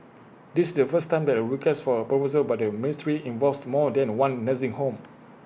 this is the first time that A request for A proposal by the ministry involves more than one nursing home